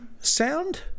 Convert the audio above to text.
sound